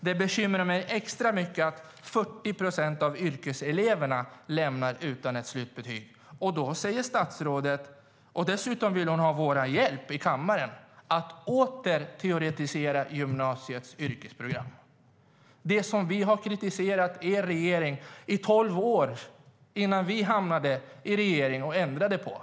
Det bekymrar mig extra mycket att 40 procent av yrkeseleverna lämnar gymnasiet utan slutbetyg. Statsrådet säger att hon vill ha vår hjälp i kammaren att åter teoretisera gymnasiets yrkesprogram. Vi kritiserade er regering i tolv år för detta innan vi hamnade i regeringsställning och ändrade på det.